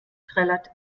trällert